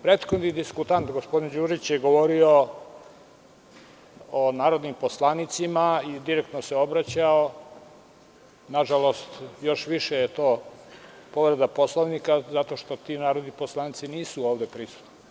Prethodni diskutant, gospodin Đurić, je govorio o narodnim poslanicima i direktno se obraćao, nažalost, još više je to povreda Poslovnika zato što ti narodni poslanici nisu ovde prisutni.